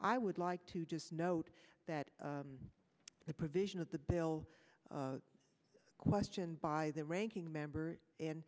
i would like to just note that the provision of the bill question by the ranking member and